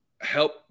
help